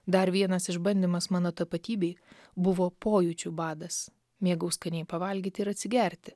dar vienas išbandymas mano tapatybei buvo pojūčių badas mėgau skaniai pavalgyti ir atsigerti